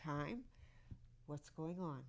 time what's going on